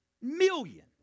million